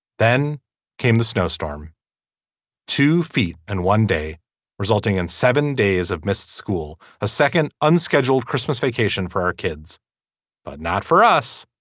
then came the snowstorm two feet and one day resulting in seven days of missed school. a second unscheduled christmas vacation for our kids but not for us.